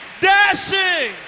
dashing